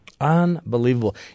Unbelievable